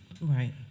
Right